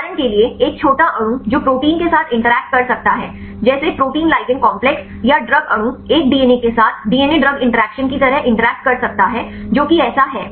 उदाहरण के लिए एक छोटा अणु जो प्रोटीन के साथ इंटरैक्ट कर सकता है जैसे प्रोटीन लिगैंड कॉम्प्लेक्स या ड्रग अणु एक डीएनए के साथ डीएनए ड्रग इंटरैक्शन की तरह इंटरैक्ट कर सकता है जो कि ऐसा है